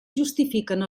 justifiquen